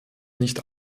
nicht